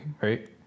right